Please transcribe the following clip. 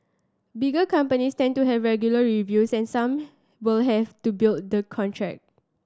bigger companies tend to have regular reviews and some will have to built the contract